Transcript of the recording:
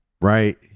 Right